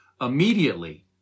Immediately